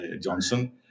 Johnson